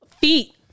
feet